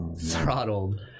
throttled